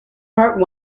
part